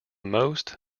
most